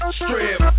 strip